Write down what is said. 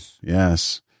yes